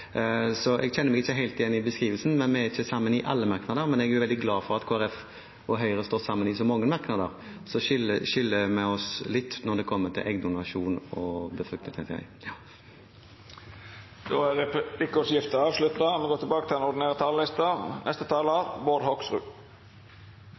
så jeg kjenner meg ikke helt igjen i beskrivelsen. Vi er ikke sammen i alle merknader, men jeg er glad for at Kristelig Folkeparti og Høyre står sammen i så mange merknader. Så skiller vi litt lag når det kommer til eggdonasjon og dette her. Dermed er replikkordskiftet avslutta. Jeg tror jeg skal starte med å takke saksordføreren for en god gjennomgang og